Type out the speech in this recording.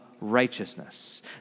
righteousness